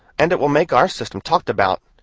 and it will make our system talked about,